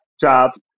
jobs